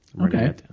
Okay